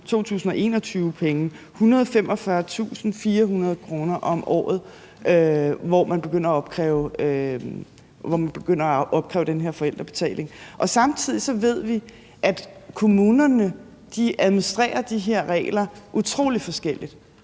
2021-penge 145.400 kr. om året, hvorefter man begynder at opkræve den her forældrebetaling. Samtidig ved vi, at kommunerne administrerer de her regler utrolig forskelligt,